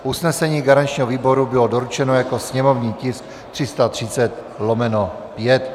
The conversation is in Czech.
Usnesení garančního výboru bylo doručeno jako sněmovní tisk 330/5.